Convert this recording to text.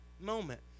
moment